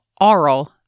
aural